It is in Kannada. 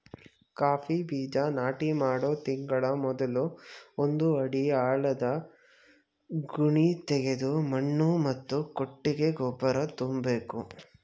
ಕಾಫಿ ಬೀಜ ನಾಟಿ ಮಾಡೋ ತಿಂಗಳ ಮೊದ್ಲು ಒಂದು ಅಡಿ ಆಳದ ಗುಣಿತೆಗೆದು ಮಣ್ಣು ಮತ್ತು ಕೊಟ್ಟಿಗೆ ಗೊಬ್ಬರ ತುಂಬ್ಬೇಕು